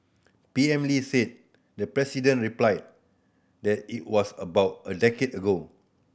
P M Lee said the president replied that it was about a decade ago